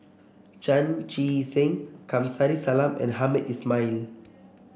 Chan Chee Seng Kamsari Salam and Hamed Ismail